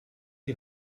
die